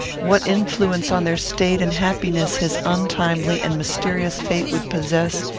what influence on their state and happiness his untimely and mysterious fate would possess,